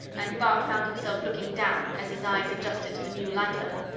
and bart found himself looking down, as his eyes adjusted to the new light level,